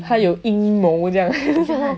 他有阴谋这样